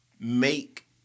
make